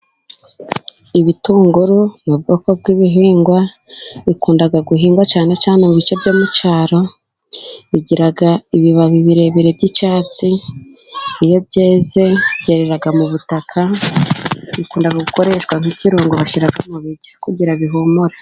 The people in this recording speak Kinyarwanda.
Ibitunguru ni ubwoko bw’ibihingwa，bikunda guhingwa cyane cyane mu bice byo mu cyaro ，bigira ibibabi birebire by'icyatsi. Iyo byeze byerera mu butaka， bikunda gukoreshwa nk'ikirungo， bashyira mu biryo， kugira ngo bihumure.